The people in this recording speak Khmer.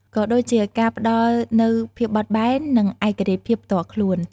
ក៏ដូចជាការផ្ដល់នូវភាពបត់បែន និងឯករាជ្យភាពផ្ទាល់ខ្លួន។